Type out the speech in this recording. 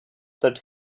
that